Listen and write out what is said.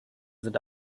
sind